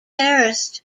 terraced